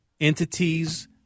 entities